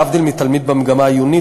להבדיל מתלמיד במגמה העיונית,